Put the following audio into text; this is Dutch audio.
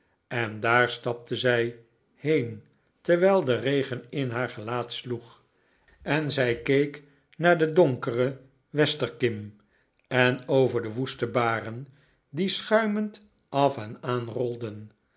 en daar stapte zij heen terwijl de regen in haar gelaat sloeg en zij keek naar de donkere westerkim en over de woeste baren die schuimend af en aan rolden